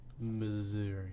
Missouri